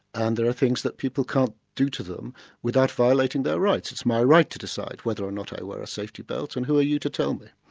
and there are things that people can't do to them without violating their rights. it's my right to decide whether or not i wear a safety belt, and who are you to tell me?